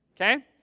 okay